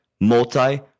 Multi